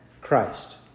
Christ